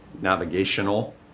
navigational